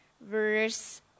verse